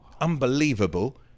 Unbelievable